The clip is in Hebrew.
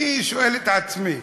אני שואל את עצמי: